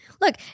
look